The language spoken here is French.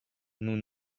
nous